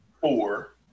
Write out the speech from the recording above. four